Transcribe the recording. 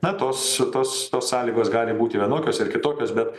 na tos tos tos sąlygos gali būti vienokios ar kitokios bet